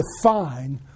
define